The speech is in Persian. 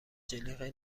جلیقه